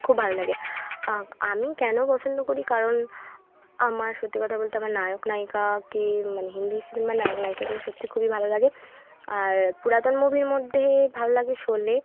খুব ভালো লাগে আমি কেনো পছন্দ করি কারণ আমার সত্যি কথা বলতে আমার নায়ক নায়িকাকে মানে হিন্দি সিনেমার নায়ক নায়িকাকে সত্যিই খুবই ভালো লাগে আর পুরাতন মুভির মধ্যে ভালো লাগে শোলে